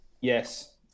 Yes